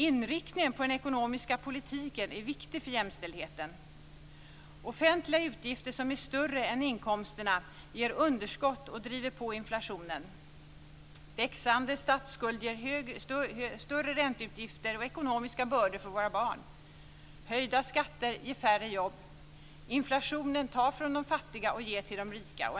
Inriktningen på den ekonomiska politiken är viktig för jämställdheten. Offentliga utgifter som är större än inkomsterna ger underskott och driver på inflationen. Växande statsskuld ger större ränteutgifter och ekonomiska bördor för våra barn. Höjda skatter ger färre jobb. Inflationen tar från de fattiga och ger till de rika.